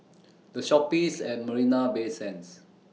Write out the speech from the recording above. The Shoppes At Marina Bay Sands